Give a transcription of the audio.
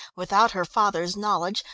without her father's knowledge,